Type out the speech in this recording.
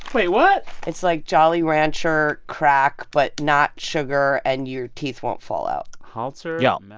wait. what? it's like jolly rancher crack but not sugar. and your teeth won't fall out halter. y'all, um ah